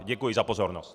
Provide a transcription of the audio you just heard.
Děkuji za pozornost.